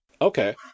Okay